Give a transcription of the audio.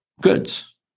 goods